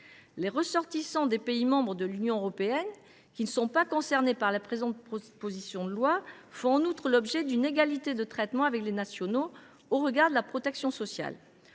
Les ressortissants des pays membres de l’Union européenne, qui ne sont pas concernés par la présente proposition de loi, font en outre l’objet d’une égalité de traitement avec les nationaux au regard de la protection sociale.